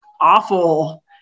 awful